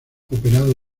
operado